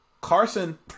Carson